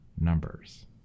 numbers